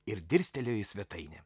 ir dirstelėjo į svetainę